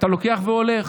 אתה לוקח והולך,